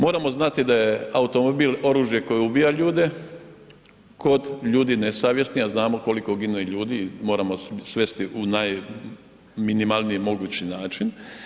Moramo znati da je automobil oružje koje ubija ljude kod ljudi nesavjesnih a znamo koliko gine ljudi, moramo svesti u najminimalniji mogući način.